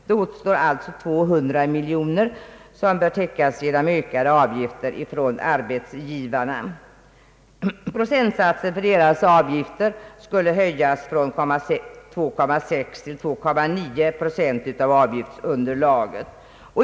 Det återstår således 200 miljoner kronor som bör täckas genom höjda avgifter från arbetsgivarna. Procentsatsen för deras avgifter skulle hö jas från 2,6 till 2,9 procent av avgiftsunderlaget.